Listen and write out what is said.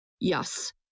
Yes